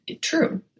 True